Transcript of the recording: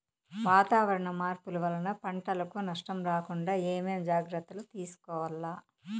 వాతావరణ మార్పులు వలన పంటలకు నష్టం రాకుండా ఏమేం జాగ్రత్తలు తీసుకోవల్ల?